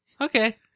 Okay